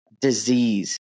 disease